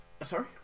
Sorry